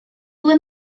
ble